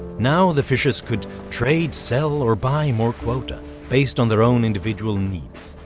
now the fishers could trade, sell, or buy more quota based on their own individual needs.